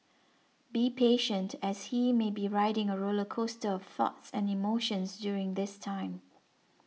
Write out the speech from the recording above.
be patient as he may be riding a roller coaster of thoughts and emotions during this time